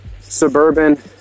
suburban